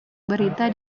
berita